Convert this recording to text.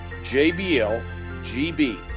JBLGB